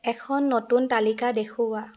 এখন নতুন তালিকা দেখুওৱা